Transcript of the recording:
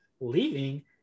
Leaving